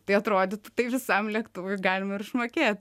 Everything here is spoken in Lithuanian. tai atrodytų tai visam lėktuvui galima ir išmokėt